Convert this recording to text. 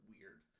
weird